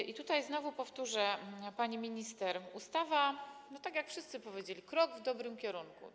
I tutaj znowu powtórzę, pani minister: ustawa, tak jak wszyscy powiedzieli, to krok w dobrym kierunku.